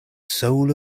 soul